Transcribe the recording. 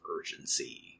urgency